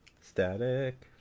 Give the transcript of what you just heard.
static